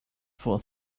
for